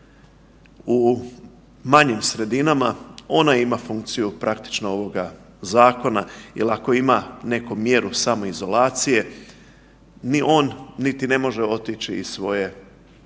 U manjim sredinama ona ima funkciju praktično ovoga zakona jel ako ima neko mjeru samoizolacije ni on niti ne može otići iz svoje lokalne